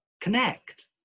connect